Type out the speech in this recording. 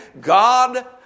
God